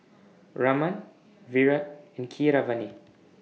Raman Virat and Keeravani